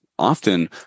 Often